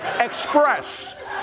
express